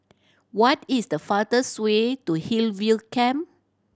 what is the fastest way to Hillview Camp